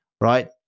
right